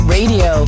Radio